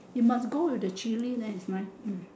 you must go with the chili then is nice